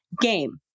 game